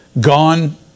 gone